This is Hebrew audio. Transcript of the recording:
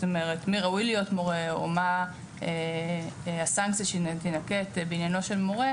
מי ראוי להיות מורה או מה הסנקציה שתינקט בעניינו של מורה,